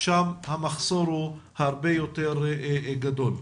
שם המחסור הוא הרבה יותר גדול.